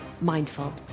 mindful